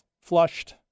flushed